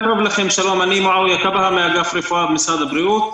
אני מאגף רפואה במשרד הבריאות.